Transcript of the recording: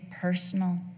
personal